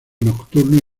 nocturno